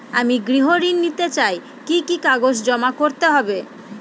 আমি গৃহ ঋণ নিতে চাই কি কি কাগজ জমা করতে হবে?